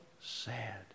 sad